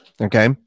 Okay